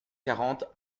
quarante